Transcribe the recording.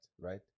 right